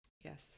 yes